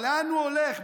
לאן הוא הולך,